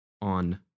on